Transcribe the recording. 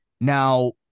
Now